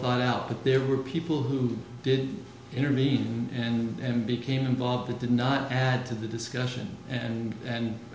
thought out that there were people who didn't intervene and became involved and did not add to the discussion and